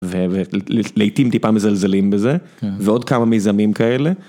ולעיתים טיפה מזלזלים בזה ועוד כמה מיזמים כאלה.